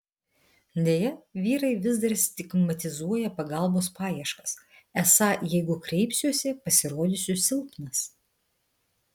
deja vyrai vis dar stigmatizuoja pagalbos paieškas esą jeigu kreipsiuosi pasirodysiu silpnas